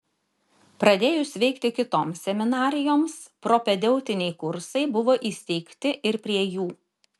pradėjus veikti kitoms seminarijoms propedeutiniai kursai buvo įsteigti ir prie jų